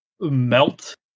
melt